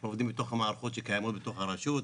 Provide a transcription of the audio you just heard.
אנחנו עובדים בתוך המערכות שקיימות ברשות.